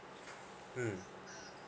mm